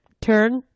turn